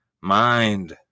Mind